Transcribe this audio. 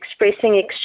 expressing